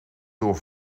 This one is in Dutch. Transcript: door